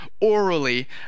orally